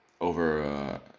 over